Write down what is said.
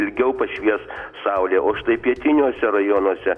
ilgiau pašvies saulė o štai pietiniuose rajonuose